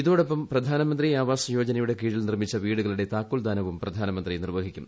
ഇതോടൊപ്പം പ്രധാനമന്ത്രി ആവാസ് യോജനയുടെ കീഴിൽ നിർമ്മിച്ച വീടുകളുടെ താക്കോൽദാനവും പ്രധാനമന്ത്രി നിർവ്വഹിക്കും